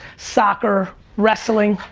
soccer, wrestling,